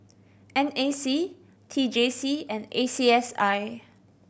N A C T J C and A C S I